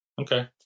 Okay